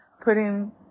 putting